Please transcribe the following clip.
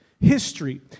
history